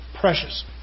precious